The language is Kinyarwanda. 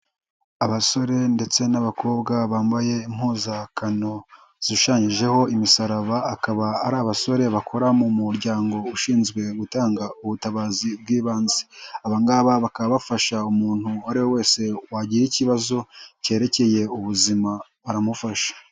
Abasore ndetse n'abakobwa bambaye impuzankano zishushanyijeho imisaraba, akaba ari abasore bakora mu muryango ushinzwe gutanga ubutabazi bw'ibanze. Aba ngaba bakabafasha umuntu uwo ari we wese wagira ikibazo kerekeye ubuzima baramufasha.